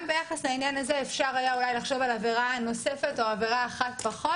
גם ביחס לעניין הזה אפשר היה לחשוב על עבירה נוספת או עבירה אחת פחות.